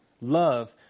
Love